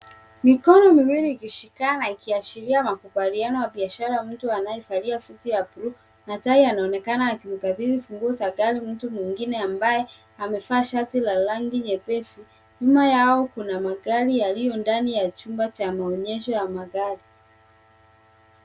Mikono miwili ikishikana ikiashiria makubaliano ya biashara. Mtu anayevalia suti ya buluu na tai anaonekana akimkabili funguo za gari mtu mwengine ambaye amevaa shati la rangi nyepesi. Nyuma yao kuna magari yaliyo ndani ya chumba cha maonyesho ya magari.